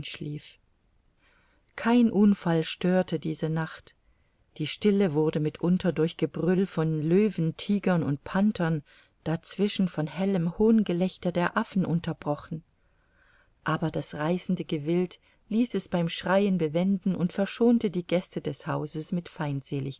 kein unfall störte diese nacht die stille wurde mitunter durch gebrüll von löwen tigern und panthern dazwischen von hellem hohngelächter der affen unterbrochen aber das reißende gewild ließ es beim schreien bewenden und verschonte die gäste des hauses mit feindseligkeiten